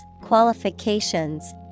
qualifications